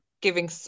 giving